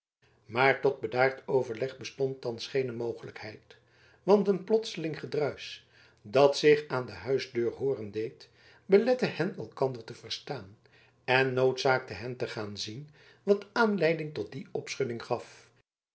maar tot bedaard overleg bestond thans geene mogelijkheid want een plotseling gedruis dat zich aan de huisdeur hooren deed belette hen elkander te verstaan en noodzaakte hen te gaan zien wat aanleiding tot die opschudding gaf